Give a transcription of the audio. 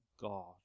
God